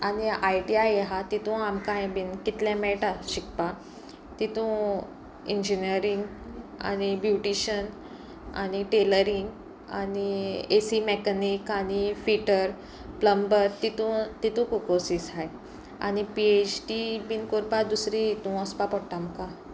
आनी I T I आहा तितू आमकां हांय बीन कितलें मेळटा शिकपा तितू इंजिनयरींग आनी ब्युटिशन आनी टेलरींग आनी ए सी मॅकनीक आनी फिटर प्लंमबर तितू तितूक कोर्सीस आहाय आनी पी एच डी बीन करपा दुसरी हितू वसपा पडटा आमकां